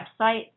website